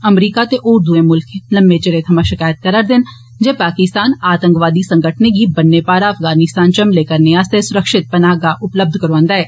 अमरीका ते होर दुए मुल्ख लम्मैं चिरें थमां शकैत कर'रदे न जे पाकिस्तान आतंकवादी संगठने गी बन्नै पारा अफगानिस्तान च हमले करने आस्तै सुरक्षित पनाह्गाह उपलब्ध करौआन्दा ऐ